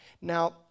Now